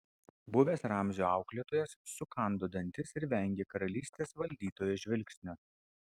buvęs ramzio auklėtojas sukando dantis ir vengė karalystės valdytojo žvilgsnio